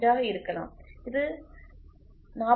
01 ஆக இருக்கலாம் இது 4